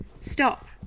Stop